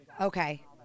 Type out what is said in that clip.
Okay